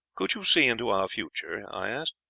could you see into our future i asked.